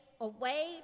away